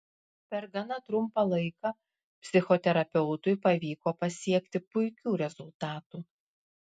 per gana trumpą laiką psichoterapeutui pavyko pasiekti puikių rezultatų